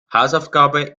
hausaufgabe